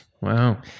wow